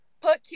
put